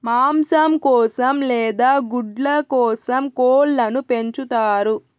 మాంసం కోసం లేదా గుడ్ల కోసం కోళ్ళను పెంచుతారు